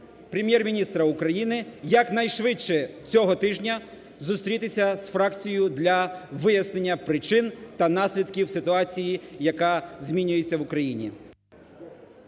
Прем'єр-міністра України якнайшвидше цього тижня зустрітися з фракцією для вияснення причин та наслідків ситуації, яка змінюється в Україні.